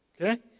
Okay